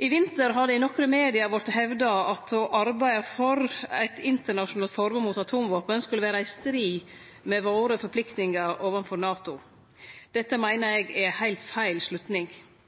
I vinter har det i nokre media vorte hevda at å arbeide for eit internasjonalt forbod mot atomvåpen skulle vere i strid med forpliktingane våre overfor NATO. Dette meiner eg er heilt feil slutning.